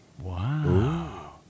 Wow